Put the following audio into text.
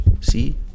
see